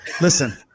Listen